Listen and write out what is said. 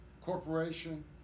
corporation